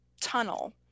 tunnel